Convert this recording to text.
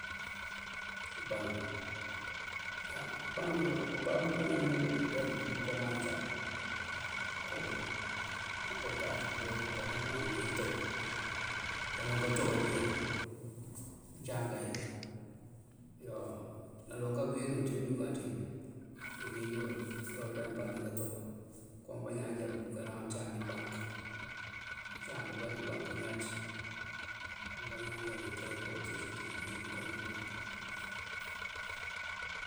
Bank, bank bababú pëënáaniw dël bënjá buunkáa júnkënáan uncáam, okoo káaţ pëjá unjunkáanana múuwaŋ dí ito. Kaloŋ káto bíiyeek, uncáam kayeek yo, naloŋ këëwínu ţím junkan ţi mëënjeeji uwul përobëlem paŋ dí káto. Koon bañaan búujá búunjunkanan uncáam dí bank. Uncáam pëëmbá ţí bank añaţ, unká iñaan já nánkee kotíis mëënţíiji keenjunkan dí bank.